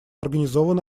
организован